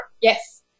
Yes